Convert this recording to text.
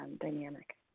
dynamic